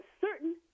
certain